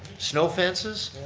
snow fences?